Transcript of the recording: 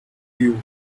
you